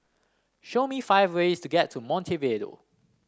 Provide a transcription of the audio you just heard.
show me five ways to get to Montevideo